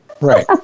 right